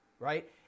Right